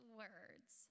words